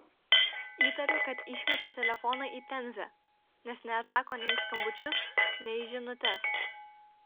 įtariu kad išmetė telefoną į temzę nes neatsako nei į skambučius nei į žinutes